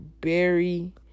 Berry